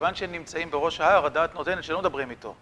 כיוון שנמצאים בראש ההר, הדעת נותנת שלא מדברים איתו.